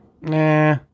Nah